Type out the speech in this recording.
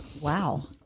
Wow